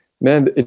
man